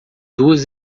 duas